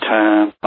time